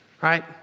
right